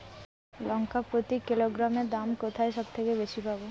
লঙ্কা প্রতি কিলোগ্রামে দাম কোথায় সব থেকে বেশি পাব?